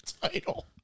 title